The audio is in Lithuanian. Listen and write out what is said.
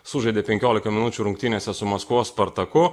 sužaidė penkiolika minučių rungtynėse su maskvos spartaku